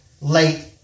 late